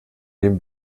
dem